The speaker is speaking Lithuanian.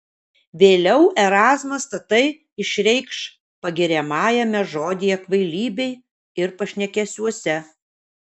vėliau erazmas tatai išreikš pagiriamajame žodyje kvailybei ir pašnekesiuose